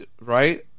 Right